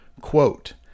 Quote